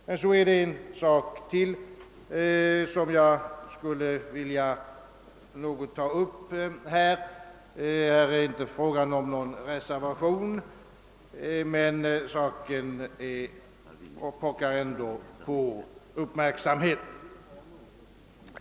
Jag vill beröra ytterligare en fråga, som visserligen inte tagits upp i någon reservation men som ändå pockar på uppmärksamhet.